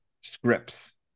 scripts